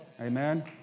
Amen